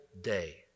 day